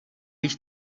být